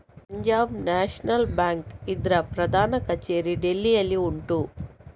Punjab national bank ಇದ್ರ ಪ್ರಧಾನ ಕಛೇರಿ ದೆಹಲಿಯಲ್ಲಿ ಉಂಟು